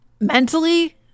mentally